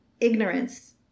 Ignorance